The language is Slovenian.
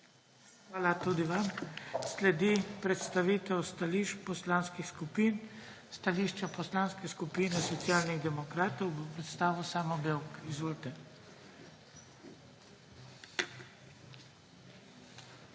Hvala tudi vam. Sledi predstavitev stališč poslanskih skupin. Stališče Poslanske skupine Socialnih demokratov bo predstavil Samo Bevk. Izvolite.